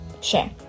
share